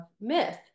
myth